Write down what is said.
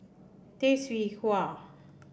Tay Seow Huah